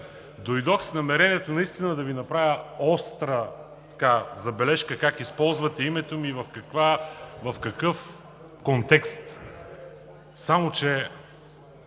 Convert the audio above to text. Дойдох с намерението наистина да Ви направя остра забележка как използвате името ми, в какъв контекст.